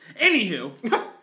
anywho